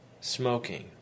smoking